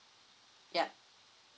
yup